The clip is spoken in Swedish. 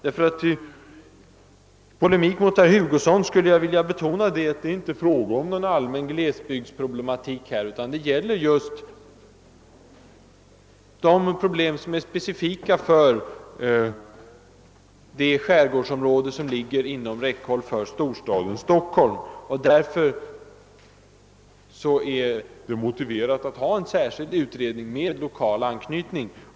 Jag vill betona, herr Hugosson, att det här inte är fråga om någon allmän glesbygdsproblematik, utan det gäller just de problem som är specifika för det skärgårdsområde som ligger inom räckhåll för storstaden Stockholm. Därför är det motiverat att ha en särskild utredning med lokal anknytning.